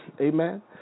Amen